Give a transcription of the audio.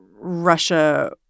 Russia